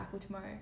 tomorrow